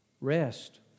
rest